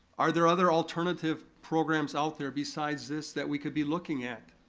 are there other alternative programs out there besides this that we could be looking at,